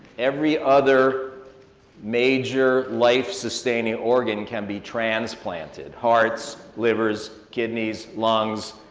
every other major life-sustaining organ can be transplanted hearts, livers, kidneys, lungs.